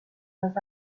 los